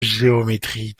géométrie